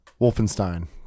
Wolfenstein